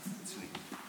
אין שום בעיה להעביר לוועדה.